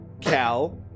Cal